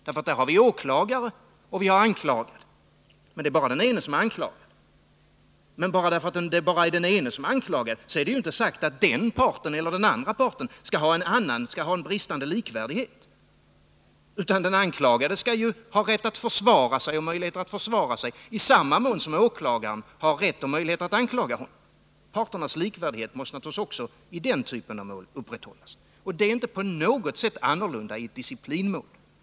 Då har vi åklagare och den som är anklagad. Men det förhållandet att bara den ene är anklagad innebär Nr 56 inte att den ene eller den andre av dessa båda parter skall ha en bristande Tisdagen den likvärdighet. Den anklagade skall ha rätt och möjlighet att försvara sig i 18 december 1979 samma mån som åklagaren har rätt och möjlighet att anklaga honom. Parternas likvärdighet måste naturligtvis också i den typen av mål upprätthållas. Det är inte på något sätt annorlunda i ett disciplinmål.